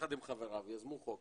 שיחד עם חבריו יזמו חוק